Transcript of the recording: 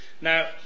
Now